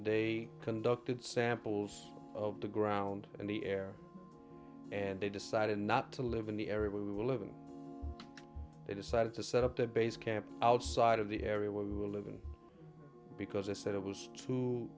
they conducted samples of the ground and the air and they decided not to live in the area we were living they decided to set up a base camp outside of the area where we were living because i said it was